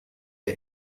der